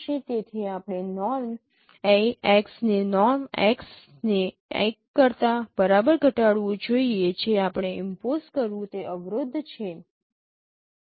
તેથી આપણે norm AX ને નૉર્મ X ને 1 કરતા બરાબર ઘટાડવું જોઈએ જે આપણે ઇમ્પોસ કરવું તે અવરોધ છે